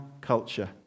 culture